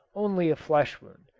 only a flesh wound.